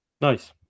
Nice